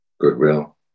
Goodwill